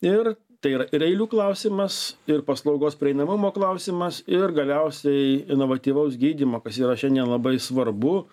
ir tai yra ir eilių klausimas ir paslaugos prieinamumo klausimas ir galiausiai inovatyvaus gydymo kas yra šiandien labai svarbu